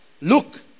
Look